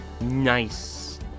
nice